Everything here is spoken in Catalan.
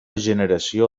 generació